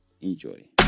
Enjoy